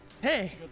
Hey